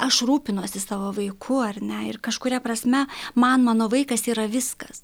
aš rūpinuosi savo vaiku ar ne ir kažkuria prasme man mano vaikas yra viskas